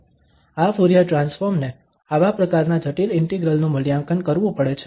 આ Fourier transform ને આવા પ્રકારના જટિલ ઇન્ટિગ્રલ નું મૂલ્યાંકન કરવું પડે છે